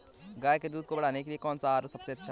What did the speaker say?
गाय के दूध को बढ़ाने के लिए कौनसा आहार सबसे अच्छा है?